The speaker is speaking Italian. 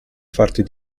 farti